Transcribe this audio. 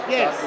Yes